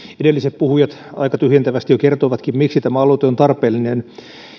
edelliset puhujat aika tyhjentävästi jo kertoivatkin miksi tämä aloite on tarpeellinen